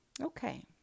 Okay